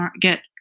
get